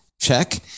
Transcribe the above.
check